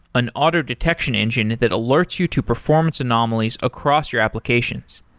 an auto-detection engine that alerts you to performance anomalies across your applications.